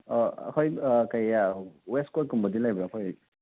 ꯑꯩꯈꯣꯏ ꯀꯔꯤꯌꯦ waistcoat ꯀꯨꯝꯕꯗꯤ ꯂꯩꯕ꯭ꯔꯥ ꯑꯩꯈꯣꯏ